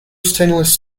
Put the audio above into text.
stainless